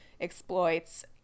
exploits